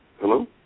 Hello